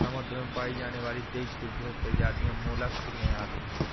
समुद्र में पाई जाने वाली तेइस प्रतिशत प्रजातियां मोलस्क में आती है